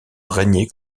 régner